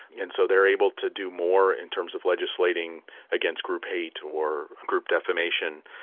and so they are able to do more in terms of legislating against group hate or group defamation.